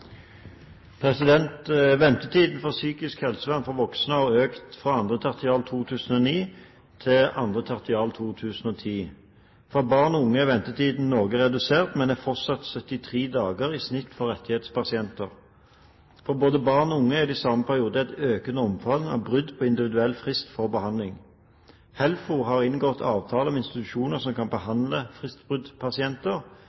unge er ventetiden redusert, men er fortsatt 73 dager i snitt for rettighetspasienter. For både barn og unge er det i samme periode et økende omfang av brudd på den individuelle fristen for behandling. HELFO har inngått avtale med institusjoner som kan